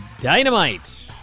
Dynamite